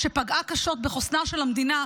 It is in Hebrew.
שפגעה קשות בחוסנה של המדינה,